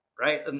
Right